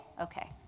okay